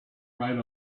right